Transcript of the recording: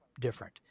different